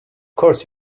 course